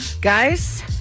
Guys